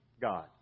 God